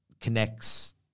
connects